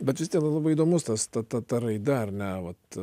bet vis tie la labai įdomus tas ta ta raida ar ne vat